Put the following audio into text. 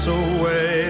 away